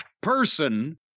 person